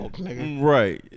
right